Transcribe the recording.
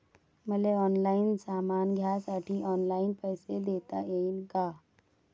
मले ऑनलाईन सामान घ्यासाठी ऑनलाईन पैसे देता येईन का?